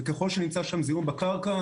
וככל שנמצא שם זיהום בקרקע,